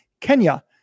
Kenya